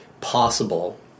possible